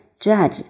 judge